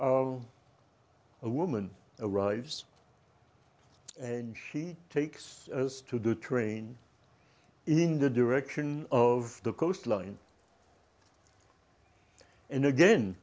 of a woman arrives and she takes us to do train in the direction of the coastline and again